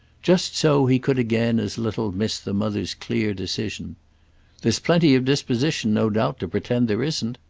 just so he could again as little miss the mother's clear decision there's plenty of disposition, no doubt, to pretend there isn't.